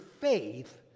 faith